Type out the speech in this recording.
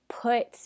put